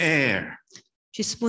air